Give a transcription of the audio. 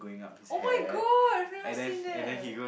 [oh]-my-god I've never seen it